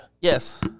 Yes